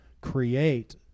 create